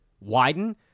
widen